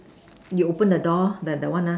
you open the door that one lah